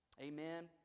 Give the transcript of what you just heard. Amen